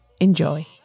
Enjoy